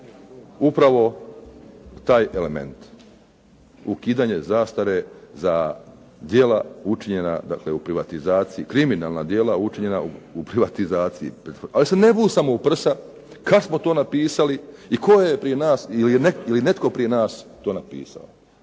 upravo taj element, ukidanje zastare za djela, kriminalna djela učinjena u privatizaciji i pretvorbi, ali se ne busamo u prsa kada smo to napisali i tko je prije nas i je li netko prije nas napisao.